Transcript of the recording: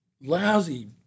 lousy